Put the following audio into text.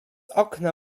okna